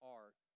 art